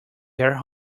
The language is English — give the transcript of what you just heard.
their